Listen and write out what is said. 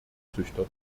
züchter